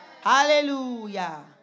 Hallelujah